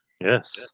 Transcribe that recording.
Yes